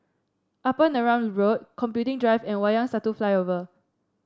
Upper Neram Road Computing Drive and Wayang Satu Flyover